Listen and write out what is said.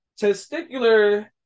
testicular